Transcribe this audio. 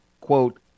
quote